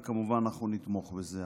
וכמובן שאנחנו נתמוך בזה.